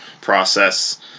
process